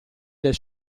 del